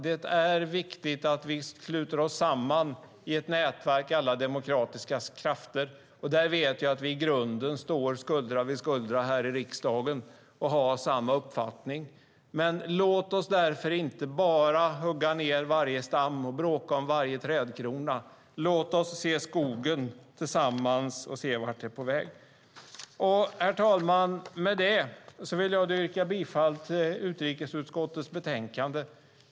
Det är viktigt att alla vi demokratiska krafter sluter oss samman i ett nätverk. Jag vet att vi i grunden står skuldra vid skuldra här i riksdagen och har samma uppfattning. Låt oss därför inte bara hugga ned varje stam och bråka om varje trädkrona. Låt oss se skogen tillsammans och se vart det är på väg. Herr talman! Med det vill jag yrka bifall till förslaget i utrikesutskottets betänkande.